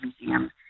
Museum